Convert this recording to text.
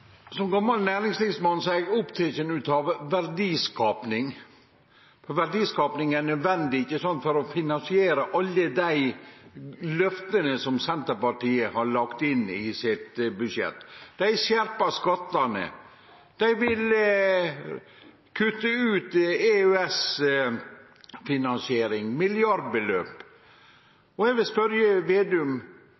Som gammal næringslivsmann er eg oppteken av verdiskaping, for verdiskaping er nødvendig for å finansiere alle dei løfta som Senterpartiet har lagt inn i sitt budsjett. Dei skjerpar skattane, dei vil kutte ut EØS-finansiering – milliardbeløp.